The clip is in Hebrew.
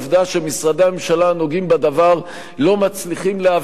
שמשרדי הממשלה הנוגעים בדבר לא מצליחים להביא,